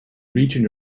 region